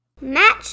Match